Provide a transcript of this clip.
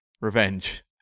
revenge